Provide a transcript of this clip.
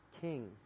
king